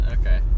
okay